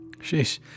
Sheesh